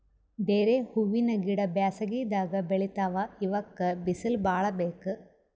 ಡೇರೆ ಹೂವಿನ ಗಿಡ ಬ್ಯಾಸಗಿದಾಗ್ ಬೆಳಿತಾವ್ ಇವಕ್ಕ್ ಬಿಸಿಲ್ ಭಾಳ್ ಬೇಕ್